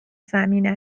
زمین